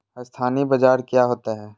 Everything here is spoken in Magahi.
अस्थानी बाजार क्या होता है?